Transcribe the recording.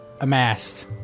amassed